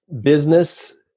business